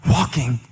walking